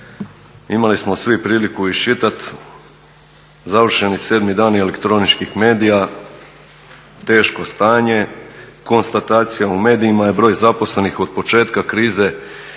imali smo svi priliku iščitati završeni 7. dani elektroničkih medija, teško stanje, konstatacija u medijima je broj zaposlenih od početka krize smanjen